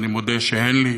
ואני מודה שאין לי,